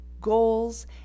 goals